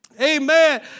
Amen